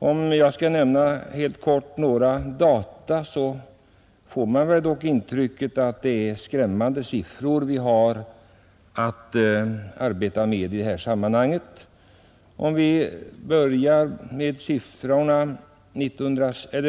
Om jag helt kort skall nämna några data, får man intrycket att det är skrämmande siffror vi har att arbeta med i detta sammanhang.